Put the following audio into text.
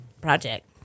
project